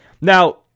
Now